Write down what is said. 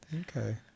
okay